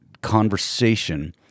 conversation